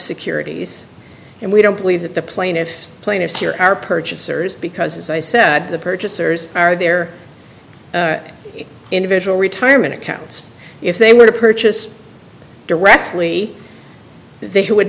securities and we don't believe that the plaintiffs plaintiffs here are purchasers because as i said the purchasers are their individual retirement accounts if they were to purchase directly they would